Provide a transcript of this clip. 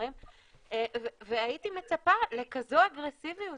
והייתי מצפה לכזו אגרסיביות